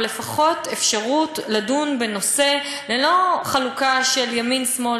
או לפחות אפשרות לדון בנושא ללא חלוקה של ימין שמאל,